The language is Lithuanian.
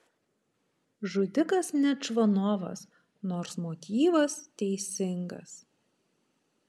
žudikas ne čvanovas nors motyvas teisingas